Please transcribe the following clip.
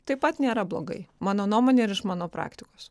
taip pat nėra blogai mano nuomone ir iš mano praktikos